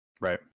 Right